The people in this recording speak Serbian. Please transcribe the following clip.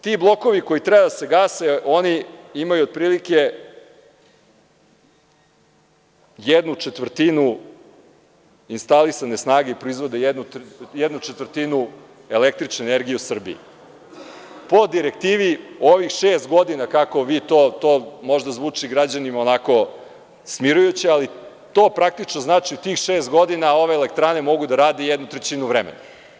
Ti blokovi koji treba da se gase, oni imaju otprilike jednu četvrtinu instalisane snage, proizvode jednu četvrtinu električne energije u Srbiji, po direktivi ovih šest godina kako vi to, a možda zvuči građanima onako smirujuće, to praktično znači, tih šest godina, ove elektrane mogu da rade jednu trećinu vremena.